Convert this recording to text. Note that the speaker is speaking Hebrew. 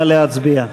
נא להצביע.